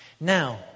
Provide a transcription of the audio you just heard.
Now